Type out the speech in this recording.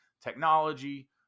technology